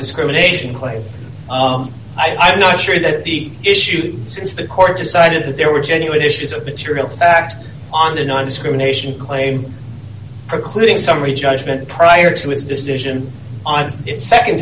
discrimination claim i'm not sure that the issue since the court decided that there were genuine issues of material fact on the nondiscrimination claim precluding summary judgment prior to its decision on it